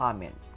Amen